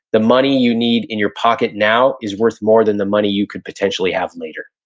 the money you need in your pocket now is worth more than the money you could potentially have later.